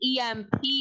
EMP